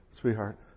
sweetheart